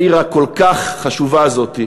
בעיר הכל-כך חשובה הזאת,